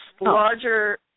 larger